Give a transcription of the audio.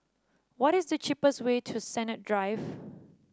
what is the cheapest way to Sennett Drive